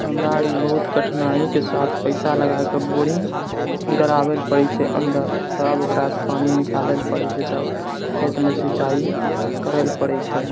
हमरा आरी बहुत कठिनाइके साथ पैसा लगाकऽ बोरिङ्ग गड़ाबै लऽ पड़ै छै अन्दर तब ओकरासँ पानि निकालै लऽ पड़े छै तब खेतमे सिंचाई करै लए पड़ै छै